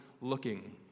looking